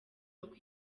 uko